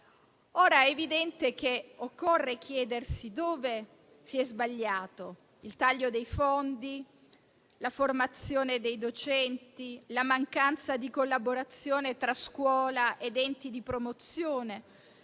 È evidente che occorre chiedersi dove si è sbagliato: il taglio dei fondi, la formazione dei docenti, la mancanza di collaborazione tra scuola ed enti di promozione?